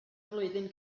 flwyddyn